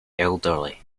elderly